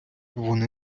вони